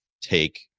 take